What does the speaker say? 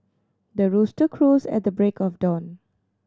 the rooster crows at the break of dawn